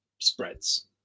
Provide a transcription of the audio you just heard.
spreads